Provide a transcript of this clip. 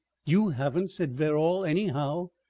you haven't, said verrall, anyhow.